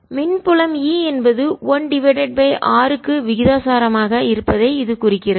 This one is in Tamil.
மின் புலம் Eஎன்பது 1 டிவைடட் பை r க்கு விகிதாசாரமாக இருப்பதை இது குறிக்கிறது